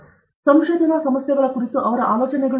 ಆದ್ದರಿಂದ ಸಂಶೋಧನಾ ಸಮಸ್ಯೆಗಳ ಕುರಿತು ಅವರ ಆಲೋಚನೆಗಳು